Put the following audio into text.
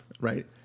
right